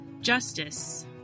Justice